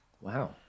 Wow